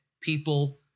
people